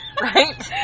Right